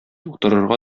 утырырга